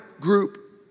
group